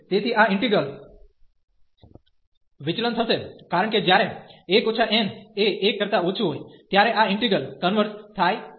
તેથી આ ઇન્ટિગલ વિચલન થશે કારણ કે જ્યારે1 n એ 1 કરતા ઓછું હોય ત્યારે આ ઈન્ટિગ્રલ કન્વર્ઝconverges થાય છે